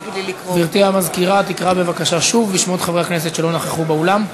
גברתי המזכירה תקרא בבקשה שוב בשמות חברי הכנסת שלא נכחו באולם.